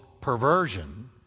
perversion